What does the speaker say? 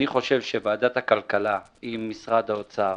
אני חושב שוועדת הכלכלה עם משרד האוצר